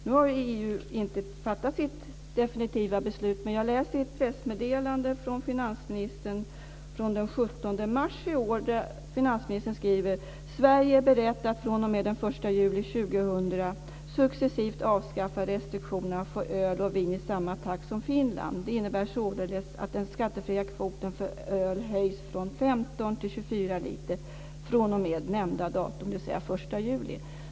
Nu har EU inte fattat sitt definitiva beslut, men jag läste ett pressmeddelande från finansministern från den 17 mars i år där han skriver att Sverige är berett att fr.o.m. den 1 juli 2000 successivt avskaffa restriktionerna på öl och vin i samma takt som Finland. Det innebär således att den skattefria kvoten för öl höjs från 15 till 24 liter fr.o.m. nämnda datum, dvs. den 1 juli.